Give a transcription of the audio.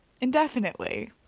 indefinitely